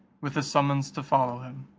with a summons to follow him,